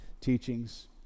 teachings